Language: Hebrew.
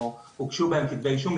או הוגשו בהם כתבי אישום,